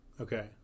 okay